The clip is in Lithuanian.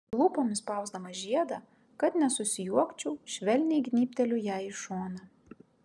lūpomis spausdamas žiedą kad nesusijuokčiau švelniai gnybteliu jai į šoną